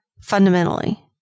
fundamentally